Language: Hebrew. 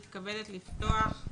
אני מתכבדת לפתוח את